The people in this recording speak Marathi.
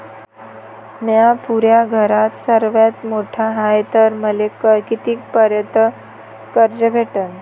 म्या पुऱ्या घरात सर्वांत मोठा हाय तर मले किती पर्यंत कर्ज भेटन?